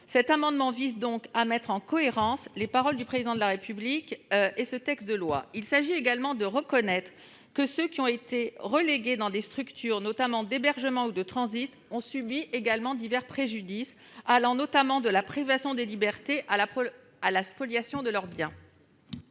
Cet amendement vise donc à mettre en cohérence les paroles prononcées par le Président de la République et ce texte de loi. Il s'agit également de reconnaître que ceux qui ont été relégués dans les structures d'hébergement ou de transit ont subi divers préjudices, allant de la privation de liberté à la spoliation. L'amendement